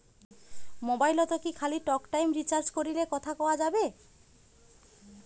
মোবাইলত কি খালি টকটাইম রিচার্জ করিলে কথা কয়া যাবে?